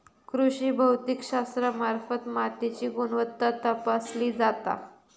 कृषी भौतिकशास्त्रामार्फत मातीची गुणवत्ता तपासली जाता